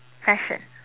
fashion